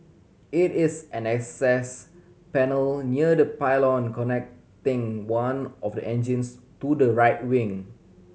it is an access panel near the pylon connecting one of the engines to the right wing